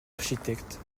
architecte